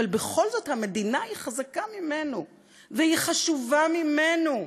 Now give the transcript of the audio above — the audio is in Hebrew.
אבל בכל זאת המדינה היא חזקה ממנו והיא חשובה ממנו.